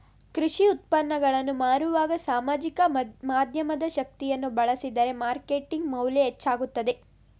ಕೃಷಿ ಉತ್ಪನ್ನಗಳನ್ನು ಮಾರುವಾಗ ಸಾಮಾಜಿಕ ಮಾಧ್ಯಮದ ಶಕ್ತಿಯನ್ನು ಬಳಸಿದರೆ ಮಾರ್ಕೆಟಿಂಗ್ ಮೌಲ್ಯ ಹೆಚ್ಚಾಗುತ್ತದೆ